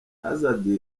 hazard